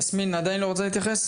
יסמין, עדיין לא רוצה להתייחס?